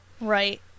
Right